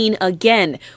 again